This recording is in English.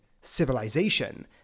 civilization